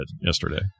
yesterday